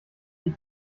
ich